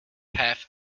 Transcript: have